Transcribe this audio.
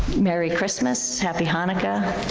merry christmas, happy hannukah,